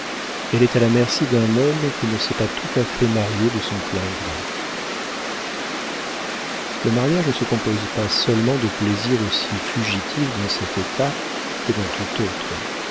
elle est à la merci d'un homme qui ne s'est pas tout à fait marié de son plein gré le mariage ne se compose pas seulement de plaisirs aussi fugitifs dans cet état que dans tout autre